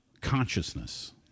consciousness